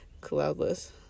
Cloudless